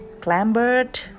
clambered